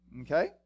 Okay